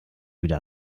wieder